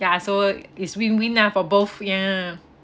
ya so is win win lah for both ya